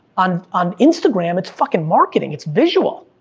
on on instagram, it's fucking marketing, it's visual,